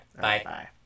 Bye